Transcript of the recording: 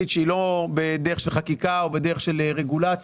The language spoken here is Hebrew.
שהיא לא בדרך של חקיקה או בדרך של רגולציה.